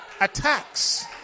attacks